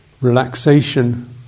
relaxation